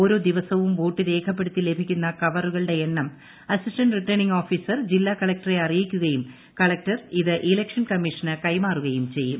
ഓരോ ദിവസവും വോട്ട് രേഖപ്പെടുത്തി ലഭിക്കുന്ന കവറുകളുടെ എണ്ണം അസിസ്റ്റന്റ് റിട്ടേണിങ് ഓഫിസർ ജില്ലാ കളക്ടറെ അറിയിക്കുകയും കളക്ടർ ഇത് ഇലക്ഷൻ കമ്മിഷനു കൈമാറുകയും ചെയ്യും